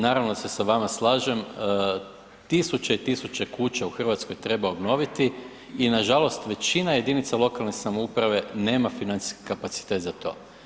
Naravno da se sa vama slažem, tisuće i tisuće kuća u Hrvatskoj treba obnoviti i nažalost većina jedinica lokalne samouprave nema financijski kapacitet za to.